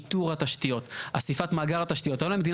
איתור התשתיות, אסיפת מאגר התשתיות.